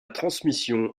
transmission